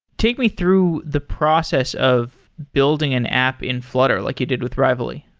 take me through the process of building an app in flutter like you did with rivaly